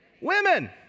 women